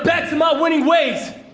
back to my winning ways.